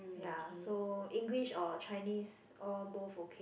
ya so English or Chinese all both okay